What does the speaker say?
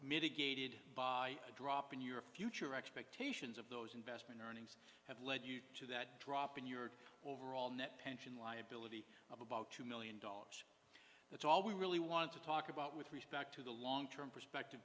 mitigated by a drop in your future expectations of those investment earning have led you to that drop in your overall net pension liability of about two million dollars that's all we really wanted to talk about with respect to the long term perspective